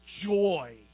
joy